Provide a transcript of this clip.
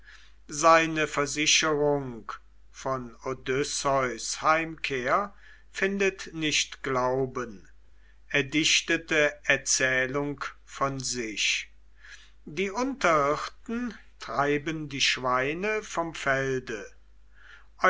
seine versicherung von odysseus heimkehr findet nicht glauben erdichtete erzählung von sich die unterhirten treiben die schweine vom felde